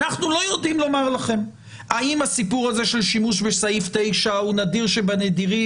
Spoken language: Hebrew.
אנחנו לא יודעים לומר לכם אם שימוש בסעיף 9 הוא נדיר שבנדירים,